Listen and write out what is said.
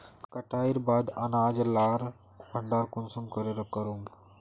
कटाईर बाद अनाज लार भण्डार कुंसम करे करूम?